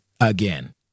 again